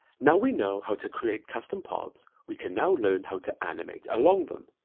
now we know how to create customer paths, we can now learn how to animate along them.